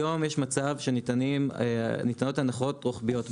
היום יש מצב שניתנות הנחות רוחביות.